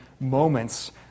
moments